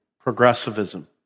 progressivism